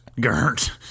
Gert